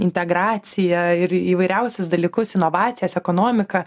integraciją ir įvairiausius dalykus inovacijas ekonomiką